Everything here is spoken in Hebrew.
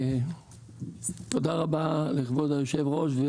תודה רבה לכבוד היושב-ראש.